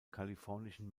kalifornischen